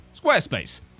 Squarespace